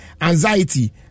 anxiety